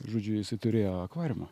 žodžiu jisai turėjo akvariumą